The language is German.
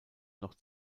noch